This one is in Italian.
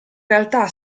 realtà